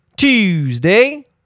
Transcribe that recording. Tuesday